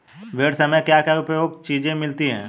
भेड़ से हमें क्या क्या उपयोगी चीजें मिलती हैं?